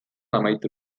amaitu